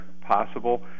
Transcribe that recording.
possible